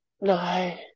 no